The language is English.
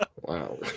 Wow